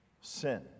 Sin